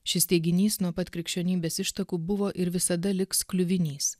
šis teiginys nuo pat krikščionybės ištakų buvo ir visada liks kliuvinys